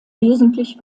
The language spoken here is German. wesentlich